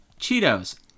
Cheetos